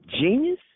genius